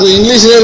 English